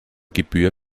gebühr